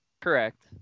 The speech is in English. Correct